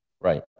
right